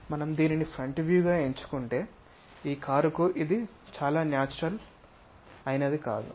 మనం దీనిని front view గా ఎంచుకుంటే ఈ కారుకు ఇది చాలా న్యాచురల్ అయినది కాదు